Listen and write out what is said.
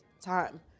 time